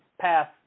path